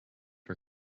her